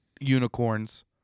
unicorns